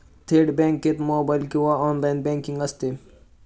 थेट बँकेत मोबाइल किंवा ऑनलाइन बँकिंग असते